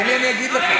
תן לי, אני אגיד לך.